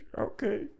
okay